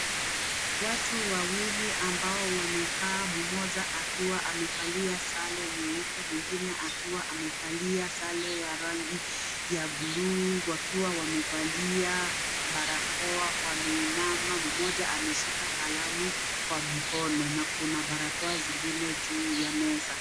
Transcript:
Watu wawili ambao wamekaa mmoja akiwa amevalia sare nyeupe mwingine akiwa amevalia sare ya rangi ya bluu wakiwa wamevalia barakoa wameinama mmoja anashika kalamu kwa mkono ,na kuna barakoa zingine juu ya meza.